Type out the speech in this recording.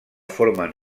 formen